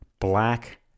black